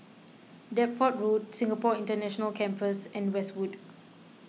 Deptford Road Singapore International Campus and Westwood